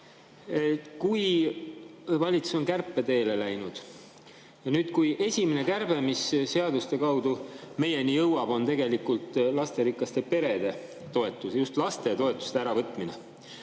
kui valitsus on kärpeteele läinud ja nüüd, kui esimene kärbe, mis seaduste kaudu meieni jõuab, on tegelikult lasterikaste perede toetuste, just laste toetuste äravõtmine,